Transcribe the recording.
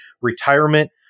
retirement